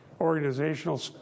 organizational